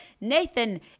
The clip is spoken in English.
Nathan